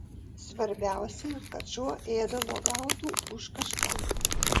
svarbiausia kad šuo ėdalo gautų už kažką